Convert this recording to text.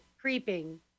creeping